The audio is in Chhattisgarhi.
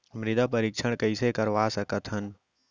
मृदा परीक्षण कइसे करवा सकत हन?